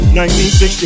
1960